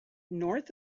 north